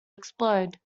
explode